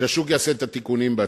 שהשוק יעשה את התיקונים בעצמו,